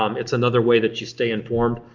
um it's another way that you stay informed.